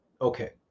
okay